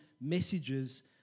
messages